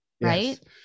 right